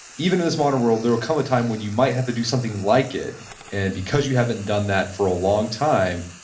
even in this modern world, there might come a time when you might have to do something like it and because you haven't done that for a long time,